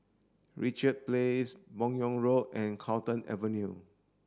Richard Place Buyong Road and Carlton Avenue